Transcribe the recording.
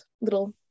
little